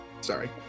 Sorry